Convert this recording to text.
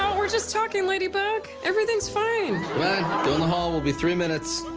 we're just talking, lady bug. everything's fine. bud, go in the hall, we'll be three minutes.